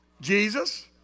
Jesus